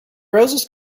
roses